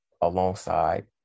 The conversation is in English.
alongside